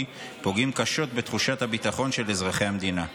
פוגע קשות בתחושת הביטחון של אזרחי המדינה.